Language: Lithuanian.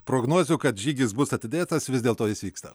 prognozių kad žygis bus atidėtas vis dėl to jis vyksta